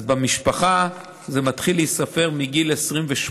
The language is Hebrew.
אז במשפחה זה מתחיל להיספר מגיל 28,